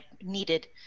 needed